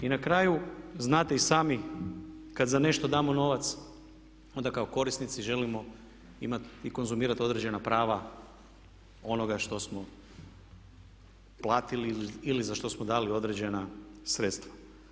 I na kraju znate i sami kad za nešto damo novac onda kao korisnici želimo imati i konzumirat određena prava onoga što smo platili ili za što smo dali određena sredstva.